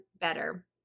better